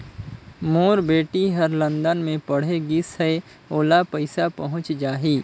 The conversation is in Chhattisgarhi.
मोर बेटी हर लंदन मे पढ़े गिस हय, ओला पइसा पहुंच जाहि?